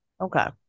Okay